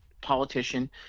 politician